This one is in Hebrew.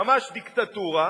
ממש דיקטטורה,